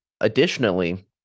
additionally